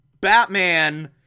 Batman